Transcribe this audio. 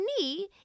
knee